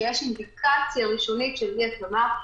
שיש אינדיקציה ראשונית של אי-התאמה.